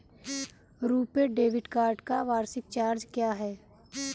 RuPay debit card का वार्षिक charge क्या है?